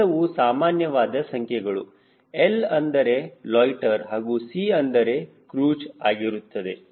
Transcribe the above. ಇವೆಲ್ಲವೂ ಸಾಮಾನ್ಯವಾದ ಸಂಖ್ಯೆಗಳು L ಅಂದರೆ ಲೊಯ್ಟ್ಟೆರ್ ಹಾಗೂ C ಅಂದರೆ ಕ್ರೂಜ್ ಆಗಿರುತ್ತದೆ